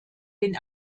den